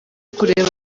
kureba